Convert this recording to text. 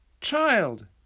Child